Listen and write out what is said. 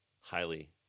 highly